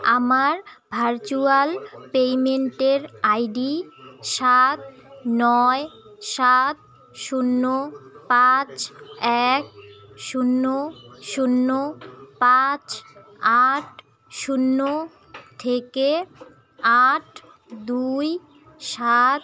আমার ভার্চুয়াল পেইমেন্টের I D সাত নয় সাত শূন্য পাঁচ এক শূন্য শূন্য পাঁচ আট শূন্য থেকে আট দুই সাত